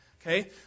Okay